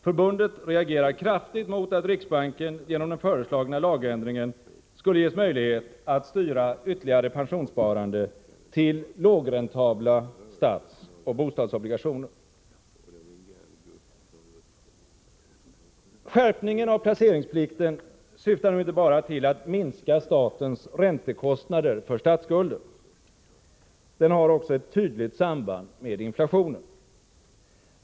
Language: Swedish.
Förbundet reagerar kraftigt mot att riksbanken genom den föreslagna lagändringen skulle ges möjlighet att styra ytterligare pensionssparande till lågräntabla statsoch bostadsobligationer. Skärpningen av placeringsplikten syftar inte bara till att minska statens räntekostnader för statsskulden. Den har också ett tydligt samband med inflationen.